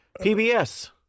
PBS